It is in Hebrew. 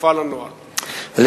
מופעל נוהל זה?